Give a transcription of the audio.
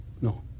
no